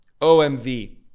OMV